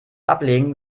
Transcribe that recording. ablegen